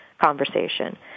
conversation